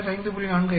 05 5